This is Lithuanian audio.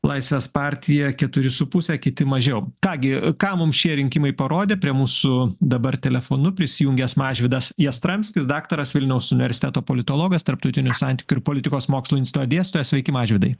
laisvės partija keturi su puse kiti mažiau ką gi ką mums šie rinkimai parodė prie mūsų dabar telefonu prisijungęs mažvydas jastramskis daktaras vilniaus universiteto politologas tarptautinių santykių ir politikos mokslų instituto dėstytojas sveiki mažvydai